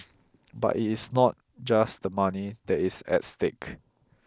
but it is not just the money that is at stake